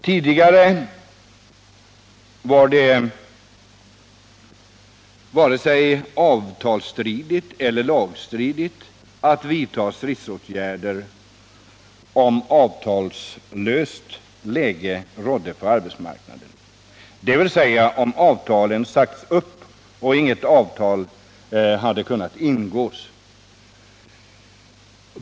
Tidigare var det varken avtalsstridigt eller lagstridigt att vidta stridsåtgärd om avtalslöst läge rådde på arbetsmarknaden, dvs. om avtalen sagts upp och inget avtal hade kunnat ingås.